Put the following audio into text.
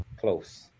close